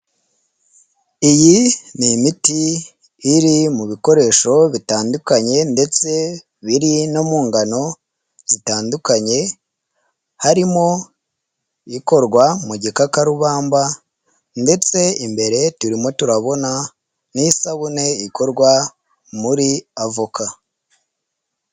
Iyi ni imiti iri mu bikoresho bitandukanye ndetse biri no mu ngano zitandukanye, harimo ikorwa mu gikakarubamba ndetse imbere turimo turabona n'isabune ikorwa muri avoka.